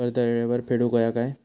कर्ज येळेवर फेडूक होया काय?